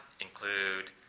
include